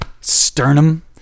sternum